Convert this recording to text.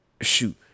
Shoot